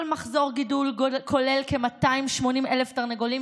כל מחזור גידול כולל כ-280,000 תרנגולים